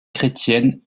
chrétienne